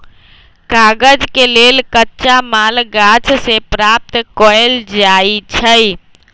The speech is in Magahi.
कागज के लेल कच्चा माल गाछ से प्राप्त कएल जाइ छइ